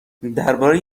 درباره